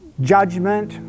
judgment